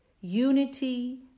Unity